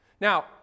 Now